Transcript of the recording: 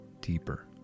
deeper